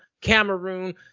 Cameroon